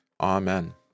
amen